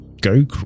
go